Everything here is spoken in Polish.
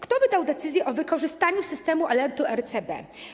Kto wydał decyzję o wykorzystaniu systemu alertu RCB?